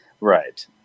Right